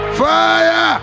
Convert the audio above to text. fire